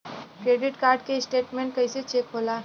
Credit card के statement कइसे check होला?